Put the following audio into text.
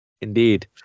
Indeed